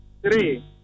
Three